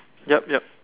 yup yup